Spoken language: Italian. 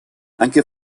anche